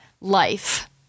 life